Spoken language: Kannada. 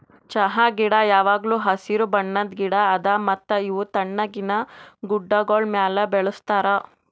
ಚಹಾ ಗಿಡ ಯಾವಾಗ್ಲೂ ಹಸಿರು ಬಣ್ಣದ್ ಗಿಡ ಅದಾ ಮತ್ತ ಇವು ತಣ್ಣಗಿನ ಗುಡ್ಡಾಗೋಳ್ ಮ್ಯಾಲ ಬೆಳುಸ್ತಾರ್